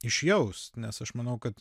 išjaust nes aš manau kad